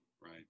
right